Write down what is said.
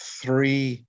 three